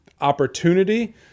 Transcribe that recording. opportunity